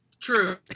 True